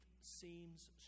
seems